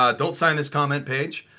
ah don't sign this comment page.